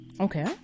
Okay